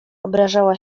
obrażała